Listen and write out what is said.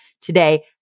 today